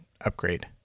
upgrade